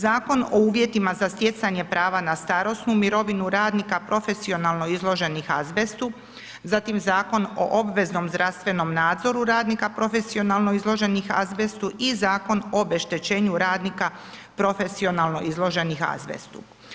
Zakon o uvjetima za stjecanje prava na starosnu mirovinu radnika profesionalno izloženih azbestu, zatim Zakon o obveznom zdravstvenom nadzoru radnika profesionalno izloženih azbestu i Zakon o obeštećenju radnika profesionalno izloženih azbestu.